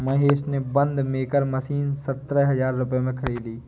महेश ने बंद maker machine सतरह हजार रुपए में खरीदी